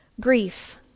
grief